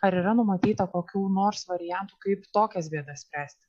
ar yra numatyta kokių nors variantų kaip tokias bėdas spręsti